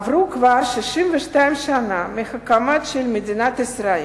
עברו כבר 62 שנה מהקמתה של מדינת ישראל,